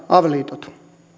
avioliitot